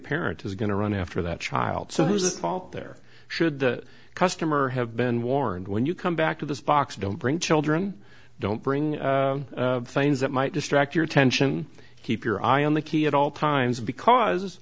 parent is going to run after that child so whose fault there should the customer have been warned when you come back to this box don't bring children don't bring things that might distract your ten keep your eye on the key at all times because